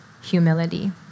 humility